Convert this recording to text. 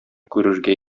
күрергә